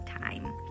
time